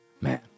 man